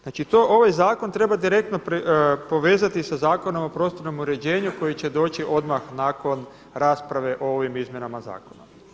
Znači ovaj zakon treba direktno povezati sa Zakonom o prostornom uređenju koji će doći odmah nakon rasprave o ovim izmjenama zakona.